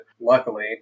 luckily